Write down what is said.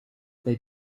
they